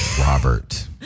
Robert